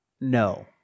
no